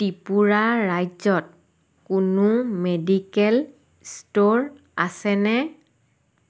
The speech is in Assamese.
ত্ৰিপুৰা ৰাজ্যত কোনো মেডিকেল ষ্ট'ৰ আছেনে